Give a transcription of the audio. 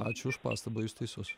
ačiū už pastabą jūs teisus